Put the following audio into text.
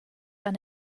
han